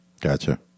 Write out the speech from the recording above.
Gotcha